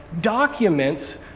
documents